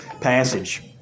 passage